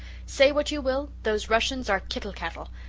say what you will, those russians are kittle cattle,